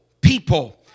people